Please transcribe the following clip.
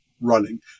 running